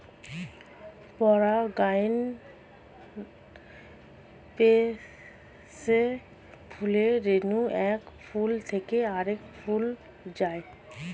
পরাগায়ন প্রসেসে ফুলের রেণু এক ফুল থেকে আরেক ফুলে যায়